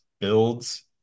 builds